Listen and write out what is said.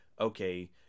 okay